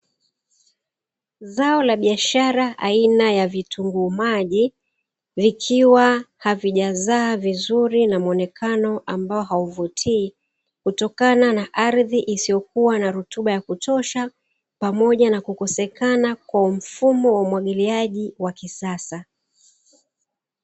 Zao la biashara aina ya vitunguu maji, vikiwa havijazaa vizuri na muonekano ambao hauvutii, kutokana na ardhi isiyokuwa na rutuba ya kutosha pamoja na kukosekana kwa mfumo wa umwagiliaji wa kisasa.